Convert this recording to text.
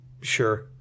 Sure